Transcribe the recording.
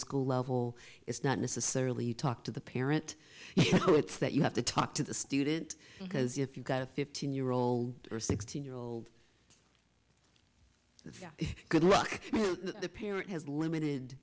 school level it's not necessarily you talk to the parent you know it's that you have to talk to the student because if you've got a fifteen year old or sixteen year old good luck the parent has limited